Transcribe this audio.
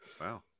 Wow